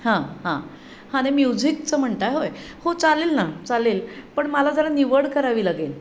हां हां हां नाही म्युझिकचं म्हणत आहे होय हो चालेल ना चालेल पण मला जरा निवड करावी लागेल